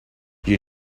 you